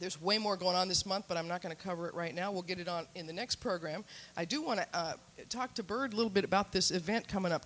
there's way more going on this month but i'm not going to cover it right now we'll get it on in the next program i do want to talk to bird little bit about this event coming up